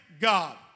God